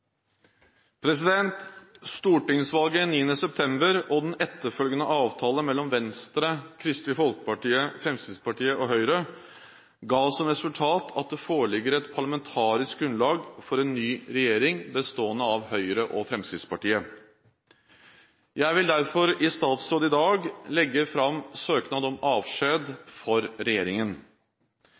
meddelelse. Stortingsvalget 9. september og den etterfølgende avtalen mellom Venstre, Kristelig Folkeparti, Fremskrittspartiet og Høyre ga som resultat at det foreligger et parlamentarisk grunnlag for en ny regjering bestående av Høyre og Fremskrittspartiet. Jeg vil derfor i statsråd i dag legge fram søknad om avskjed for regjeringen.